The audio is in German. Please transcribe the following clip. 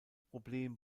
problem